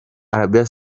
arabie